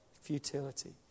futility